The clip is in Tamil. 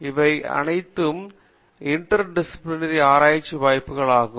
இவை அனைத்தும் இன்டெர்டிசிப்ளினேரி ஆராய்ச்சி வாய்ப்புகள் ஆகும்